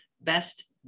Best